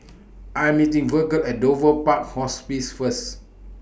I Am meeting Virgle At Dover Park Hospice First